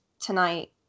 tonight